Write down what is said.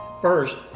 First